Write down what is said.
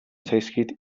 zaizkit